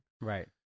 Right